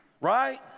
Right